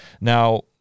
now